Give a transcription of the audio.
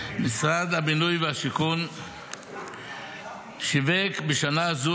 משרד הבינוי והשיכון שיווק בשנה זו,